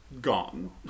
gone